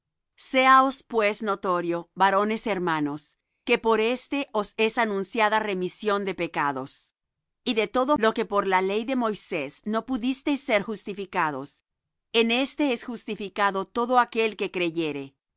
séaos pues notorio varones hermanos que por éste os es anunciada remisión de pecados y de todo lo que por la ley de moisés no pudisteis ser justificados en éste es justificado todo aquel que creyere